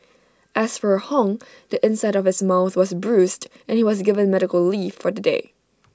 as for hung the inside of his mouth was bruised and he was given medical leave for the day